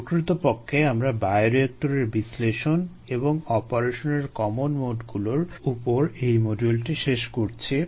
প্রকৃতপক্ষে আমরা বায়োরিয়েক্টরের বিশ্লেষণ এবং অপারেশনের কমন মোডগুলোর উপর এই মডুইলটি শেষ করেছি